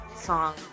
song